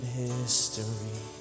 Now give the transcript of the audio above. history